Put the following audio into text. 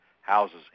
houses